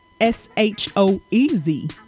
S-H-O-E-Z